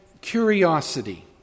curiosity